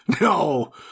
No